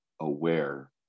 aware